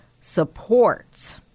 supports